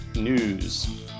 news